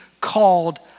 called